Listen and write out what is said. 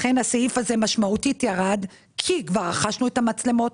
לכן הסעיף הזה משמעותית ירד כי כבר רכשנו את המצלמות,